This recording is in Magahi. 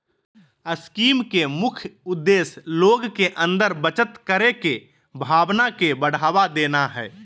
स्कीम के मुख्य उद्देश्य लोग के अंदर बचत करे के भावना के बढ़ावा देना हइ